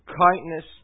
kindness